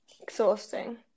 exhausting